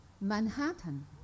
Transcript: Manhattan